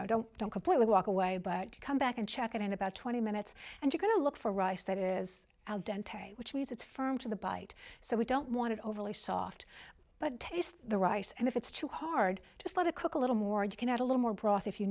know don't don't completely walk away but come back and check it in about twenty minutes and you're going to look for rice that is which means it's firm to the bite so we don't want it overly soft but taste the rice and if it's too hard just let it cook a little more and you can add a little more broth if you